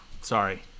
Sorry